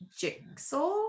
jigsaw